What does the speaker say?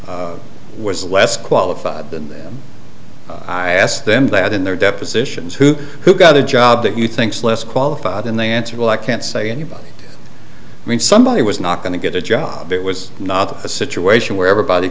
job was less qualified than them i asked them that in their depositions who who got a job that you think's less qualified and they answered well i can't say anybody when somebody was not going to get a job it was not a situation where everybody